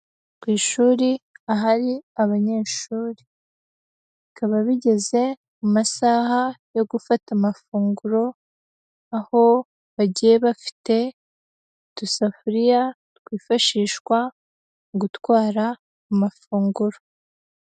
Ku ishuri, ahari abanyeshuri. Bikaba bigeze mu masaha yo gufata amafunguro, aho bagiye bafite udusafuriya twifashishwa mu gutwara amafunguro.